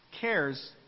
cares